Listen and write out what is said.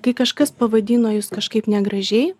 kai kažkas pavadino jus kažkaip negražiai